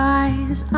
eyes